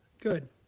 Good